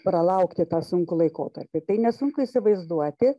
pralaukti tą sunkų laikotarpį tai nesunku įsivaizduoti